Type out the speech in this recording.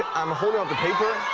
i'm holding up the paper.